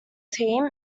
team